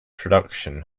production